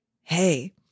hey